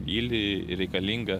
gylį reikalinga